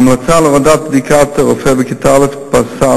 ההמלצה להורדת בדיקת הרופא בכיתה א' התבססה